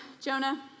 Jonah